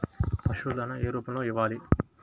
పశువుల దాణా ఏ రూపంలో ఇవ్వాలి?